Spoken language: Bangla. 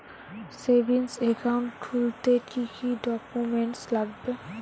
সেভিংস একাউন্ট খুলতে কি কি ডকুমেন্টস লাগবে?